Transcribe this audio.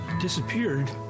disappeared